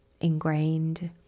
ingrained